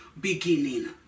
beginning